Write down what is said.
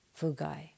Fugai